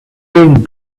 wearing